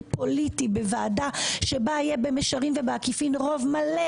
פוליטי בוועדה שבה יהיה במישרין ובעקיפין רוב מלא